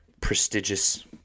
prestigious